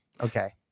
okay